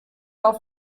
auf